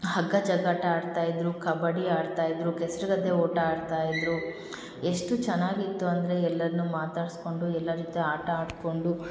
ಹಗ್ಗ ಜಗ್ಗಾಟ ಆಡ್ತಾಯಿದ್ದರು ಕಬ್ಬಡ್ಡಿ ಆಡ್ತಾಯಿದ್ದರು ಕೆಸ್ರು ಗದ್ದೆ ಓಟ ಆಡ್ತಾಯಿದ್ದರು ಎಷ್ಟು ಚೆನ್ನಾಗಿತ್ತು ಅಂದರೆ ಎಲ್ಲರ್ನು ಮಾತಾಡ್ಸ್ಕೊಂಡು ಎಲ್ಲರ ಜೊತೆ ಆಟ ಆಡ್ಕೊಂಡು